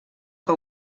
que